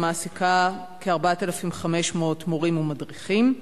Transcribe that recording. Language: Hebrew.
המעסיקה כ-4,500 מורים ומדריכים,